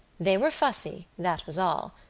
they were fussy, that was all.